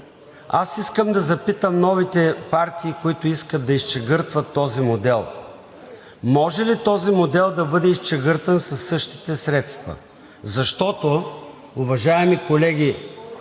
Искам да запитам новите партии, които искат да изчегъртват този модел: може ли този модел да бъде изчегъртан със същите средства? Защото, уважаеми колеги